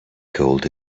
cold